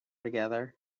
together